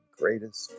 greatest